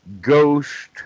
ghost